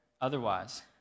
Otherwise